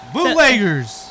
Bootleggers